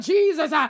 Jesus